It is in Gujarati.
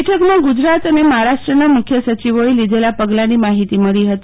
બેઠકમાં ગુજરાત અને મહારાષ્ટ્રના મુખ્ય સચિવોએ લીઘેલાં પગલાંની માહીતી મળી હતી